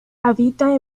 habita